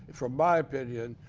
from my opinion,